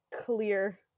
clear